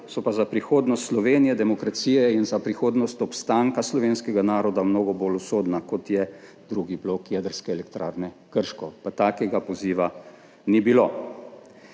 so pa za prihodnost Slovenije, demokracije in za prihodnost obstanka slovenskega naroda mnogo bolj usodna, kot je drugi blok Jedrske elektrarne Krško, pa takega poziva ni bilo.